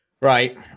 Right